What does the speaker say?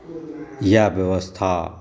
इएह व्यवस्था